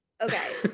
Okay